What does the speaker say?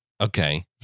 Okay